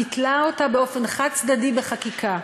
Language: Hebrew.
ביטלה אותה באופן חד-צדדי בחקיקה.